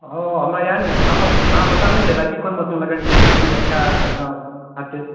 हँ हमरा याद नहि हमरा पऽ नाम पता नहि छलै कि कोन मौसममे लगाएल जेतै की अच्छा होयतै हँ अच्छे